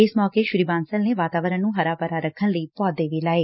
ਇਸ ਮੌਕੇ ਸ੍ੀ ਬਾਂਸਲ ਨੇ ਵਾਤਾਵਰਣ ਨੂੰ ਹਰਾ ਭਰਾ ਰੱਖਣ ਲਈ ਪੌਦੇ ਵੀ ਲਾਏ